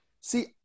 See